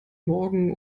morgen